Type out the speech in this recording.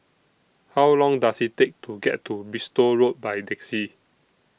How Long Does IT Take to get to Bristol Road By Taxi